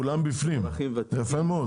כולם בפנים יפה מאוד.